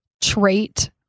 trait